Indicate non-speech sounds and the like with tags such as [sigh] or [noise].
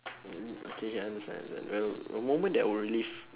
[noise] okay can I understand I understand t~ the moment that I would relive